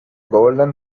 golden